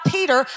Peter